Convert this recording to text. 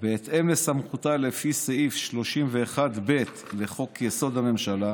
בהתאם לסמכותה לפי סעיף 31(ב) לחוק-יסוד: הממשלה,